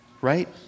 right